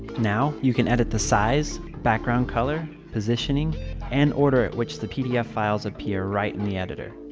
now you can edit the size, background color positioning and order at which the pdf files appear right in the editor.